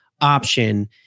option